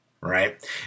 right